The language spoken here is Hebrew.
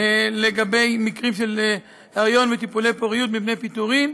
לגבי מקרים של היריון וטיפולי פוריות מפני פיטורין,